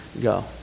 go